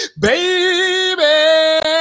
baby